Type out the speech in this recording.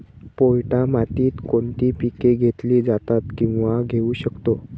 पोयटा मातीत कोणती पिके घेतली जातात, किंवा घेऊ शकतो?